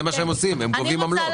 זה מה שהם עושים הם גובים עמלות.